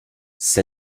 ça